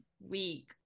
week